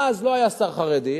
אז לא היה שר חרדי,